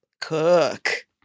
Cook